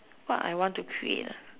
what I want to create lah